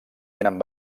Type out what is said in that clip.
tenen